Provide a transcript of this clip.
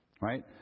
right